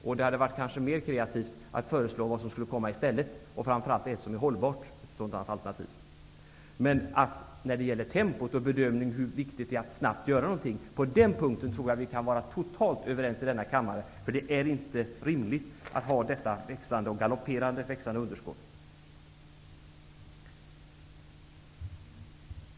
Kanske hade det varit mera kreativt att föreslå ett alternativ, och då framför allt ett hållbart sådant. Om tempot och betydelsen av att det är viktigt att snabbt göra någonting tror jag att vi kan vara totalt överens i denna kammare. Det är inte rimligt att ha ett växande -- ja, galopperande -- underskott.